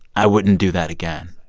i wouldn't do that again?